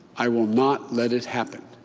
i will not let it happen.